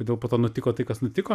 kodėl po to nutiko tai kas nutiko